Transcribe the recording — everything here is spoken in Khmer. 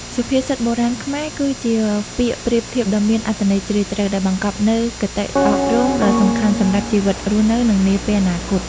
សុភាសិតបុរាណខ្មែរគឺជាពាក្យប្រៀបធៀបដ៏មានអត្ថន័យជ្រាលជ្រៅ ដែលបង្កប់នូវគតិអប់រំដ៏សំខាន់សម្រាប់ជីវិតរស់នៅ និងនាពេលអនាគត ។